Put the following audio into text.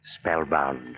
spellbound